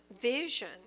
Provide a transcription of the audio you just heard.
vision